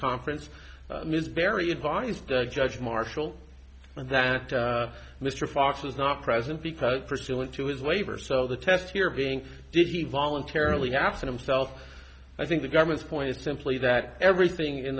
conference ms very invited judge marshall and that mr fox is not present because pursuant to his waiver so the test here being did he voluntarily after himself i think the government's point is simply that everything in